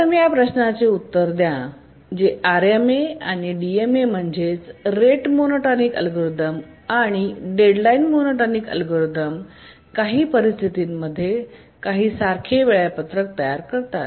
प्रथम या प्रश्नाचे उत्तर द्या जे आरएमए आणि डीएमए म्हणजेच रेट मोनोटोनिक अल्गोरिदम आणि डेडलाइन मोनोटोनिक अल्गोरिदम काही परिस्थितींमध्ये काही सारखे वेळापत्रक तयार करतात